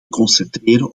concentreren